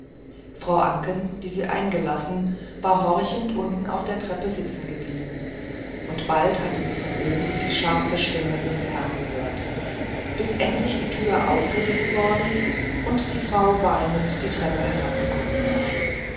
frau anken die sie eingelassen war horchend unten auf der treppe sitzen geblieben und bald hatte sie von oben die scharfe stimme ihres herrn gehört bis endlich die tür aufgerissen worden und die frau weinend die treppe herabgekommen war